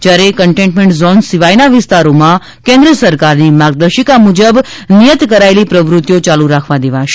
જ્યારે containment zone સિવાયના વિસ્તારોમાં કેન્દ્ર સરકારની માર્ગદર્શિકા મુજબ નિયત કરાયેલી પ્રવૃતિઓ યાલુ રાખવા દેવાશે